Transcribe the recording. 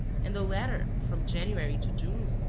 and the latter, from january to june,